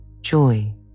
Joy